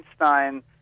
Einstein